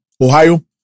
Ohio